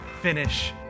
finish